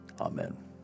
Amen